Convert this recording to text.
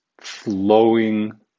flowing